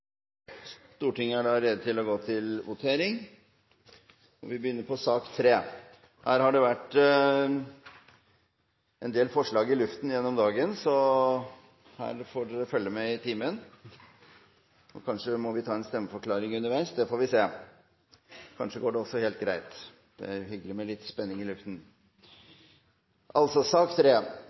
Stortinget er da rede til å gå til votering. Her har det vært en del forslag i luften gjennom dagen, så her får dere følge med i timen. Kanskje må vi ta en stemmeforklaring underveis – vi får se. Kanskje går det også helt greit. Det er hyggelig med litt spenning i luften.